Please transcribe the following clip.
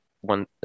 one